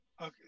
Okay